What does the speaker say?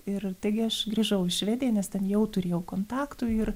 ir taigi aš grįžau į švediją nes ten jau turėjau kontaktų ir